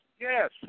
Yes